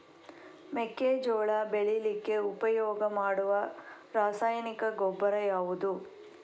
ಮೆಕ್ಕೆಜೋಳ ಬೆಳೀಲಿಕ್ಕೆ ಉಪಯೋಗ ಮಾಡುವ ರಾಸಾಯನಿಕ ಗೊಬ್ಬರ ಯಾವುದು?